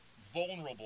vulnerable